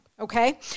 Okay